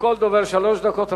לכל דובר שלוש דקות.